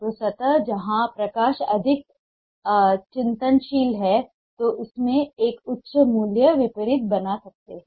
तो सतह जहां प्रकाश अधिक चिंतनशील है जो इसमें एक उच्च मूल्य विपरीत बना सकता है